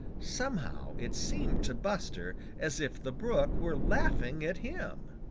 somehow, it seemed to buster as if the brook were laughing at him.